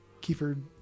Kiefer